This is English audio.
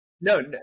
no